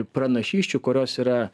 pranašysčių kurios yra